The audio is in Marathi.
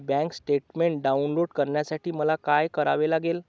बँक स्टेटमेन्ट डाउनलोड करण्यासाठी मला काय करावे लागेल?